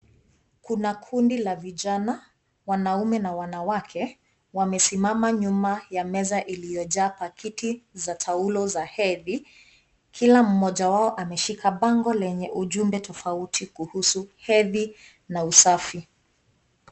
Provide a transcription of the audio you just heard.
Kuna kundi la vijana wanaume na wanawake wamesimama nyuma ya meza iliyojaa pakiti za taulo za hedhi. Kila mmoja wao ameshika bango lenye ujumbe tofauti kuhusu hedhi na usafi.